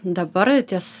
dabar ties